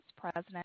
President